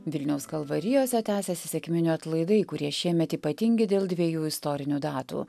vilniaus kalvarijose tęsiasi sekminių atlaidai kurie šiemet ypatingi dėl dviejų istorinių datų